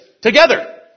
together